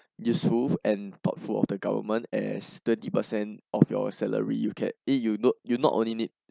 useful and thoughtful of the government as twenty percent of your salary you can eh you know you not only need